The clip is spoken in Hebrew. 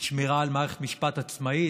שמירה על מערכת משפט עצמאית,